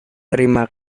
terima